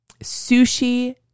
sushi